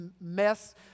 mess